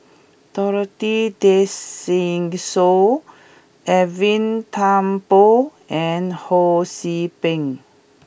Dorothy Tessensohn Edwin Thumboo and Ho See Beng